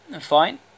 Fine